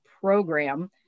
program